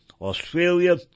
Australia